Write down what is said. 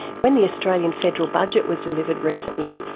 when the australian federal budget was delivered recently,